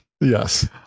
yes